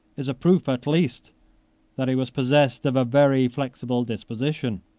is a proof at least that he was possessed of a very flexible disposition.